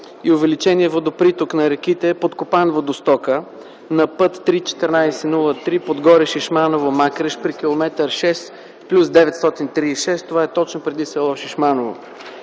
и увеличения водоприток на реките е подкопан водостокът на път 3-14-03 Подгоре-Шишманово-Макреш при километър 6+936 – това е точно преди с. Шишманово.